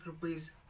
rupees